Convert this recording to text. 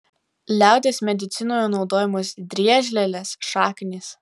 liaudies medicinoje naudojamos driežlielės šaknys